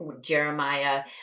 Jeremiah